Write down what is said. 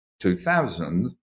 2000